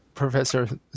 Professor